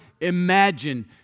imagine